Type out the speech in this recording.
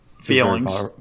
Feelings